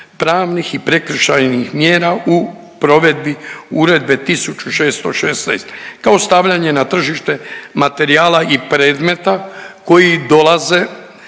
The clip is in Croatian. pravnih i prekršajnih mjera u provedbi Uredbe 1616 kao stavljanje na tržište materijala i predmeta koji dolaze